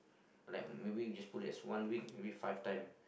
like maybe we just put it as one week maybe five time